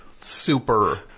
super